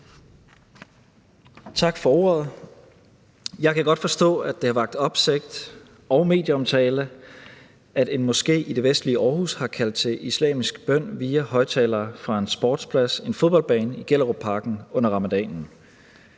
Tak for ordet. Jeg kan godt forstå, at det har vakt opsigt og skabt medieomtale, at en moské i det vestlige Aarhus har kaldt til islamisk bøn via højtalere fra en sportsplads, en fodboldbane i Gellerupparken under ramadanen.